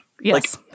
Yes